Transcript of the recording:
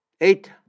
Eight